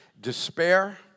despair